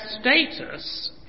status